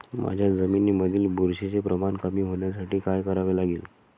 माझ्या जमिनीमधील बुरशीचे प्रमाण कमी होण्यासाठी काय करावे लागेल?